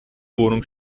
wohnung